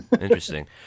interesting